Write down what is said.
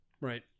Right